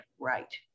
right